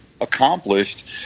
accomplished